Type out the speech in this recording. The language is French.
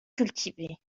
cultivé